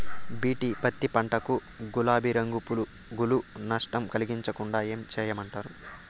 BT పత్తి పంట కు, గులాబీ రంగు పులుగులు నష్టం కలిగించకుండా ఏం చేయమంటారు?